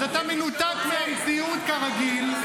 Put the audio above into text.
אז אתה מנותק מהמציאות, כרגיל.